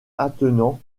attenant